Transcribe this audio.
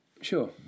Sure